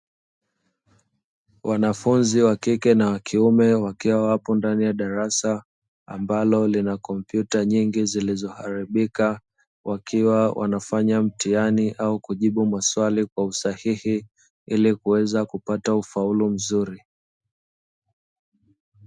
Wanafunzi wakike na wakiume wakiwa wapo ndani ya darasa ambalo lina kompyuta nyingi zilizoharibika, wakiwa wanafanya mtihani au kujibu maswali kwa usahihi ilikuweza kupata ufaulu mzuri.